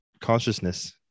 consciousness